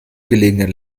gelegenen